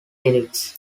lyrics